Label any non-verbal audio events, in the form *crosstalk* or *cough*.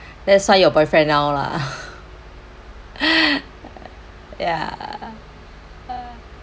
that's why your boyfriend now lah *laughs* ya *noise*